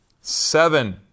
Seven